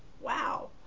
wow